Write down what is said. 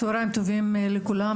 צהריים טובים לכולם,